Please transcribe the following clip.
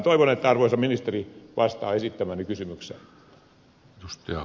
toivon että arvoisa ministeri vastaa esittämääni kysymykseen